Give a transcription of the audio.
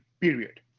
period